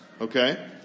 Okay